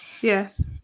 yes